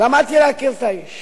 ולמדתי להכיר את האיש